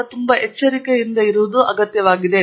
ಆದ್ದರಿಂದ ಪ್ರಯೋಗಾಲಯದಲ್ಲಿ ನೀರಿನ ವ್ಯವಸ್ಥೆ ಮೂರನೆಯ ವಿಷಯವಾಗಿದೆ